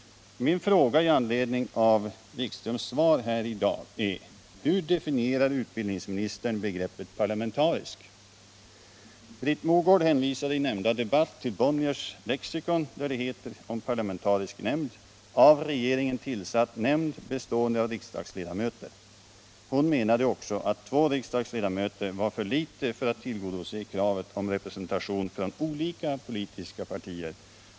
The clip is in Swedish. Min fråga i anledning av Jan-Erik Wikströms svar i dag är: Hur definierar utbildningsministern begreppet parlamentarisk? Britt Mogård 131 hänvisade i nämnda debatt till Bonniers Lexikon, där det om parlamentarisk nämnd står: ”Parlamentarisk nämnd, av regeringen tillsatt nämnd för granskning av vissa frågor, bestående av riksdagsledamöter, ——-.” Hon menade också att två riksdagsledamöter var för litet för att tillgodose kravet på representation från olika politiska partier.